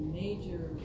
major